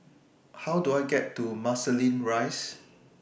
How Do I get to Marsiling Rise